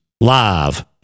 live